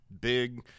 big